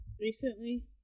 recently